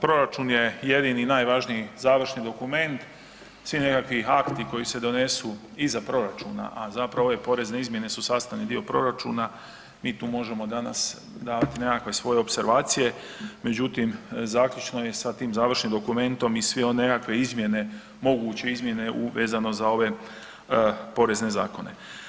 Proračun je jedini i najvažniji završni dokument, svi nekakvi akti koji se donesu iza proračuna, a zapravo ove porezne izmjene su sastavni dio proračuna, mi tu možemo danas davati nekakve svoje opservacije, međutim, zaključno je sa tim završnim dokumentom i sve one nekakve izmjene moguće izmjene vezano za ove porezne zakone.